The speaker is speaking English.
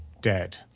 dead